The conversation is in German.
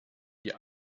die